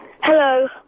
Hello